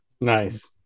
nice